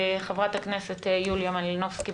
חברת הכנסת יוליה מלינובסקי,